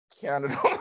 Canada